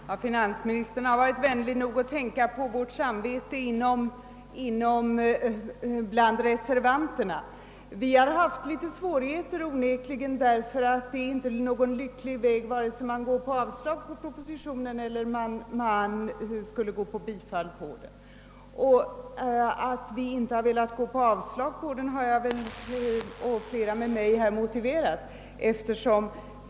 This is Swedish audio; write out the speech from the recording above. Herr talman! Finansministern har varit vänlig nog att tänka på reservanter nas samveten. Vi har onekligen haft svårigheter, eftersom varken bifall eller avslag är särskilt lyckligt i fråga om den här propositionen. Anledningen till att vi inte vill avslå den har jag och flera med mig redan motiverat.